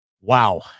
wow